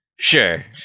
Sure